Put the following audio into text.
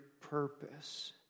purpose